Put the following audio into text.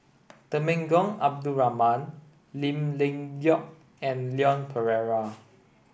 Temenggong Abdul Rahman Lim Leong Geok and Leon Perera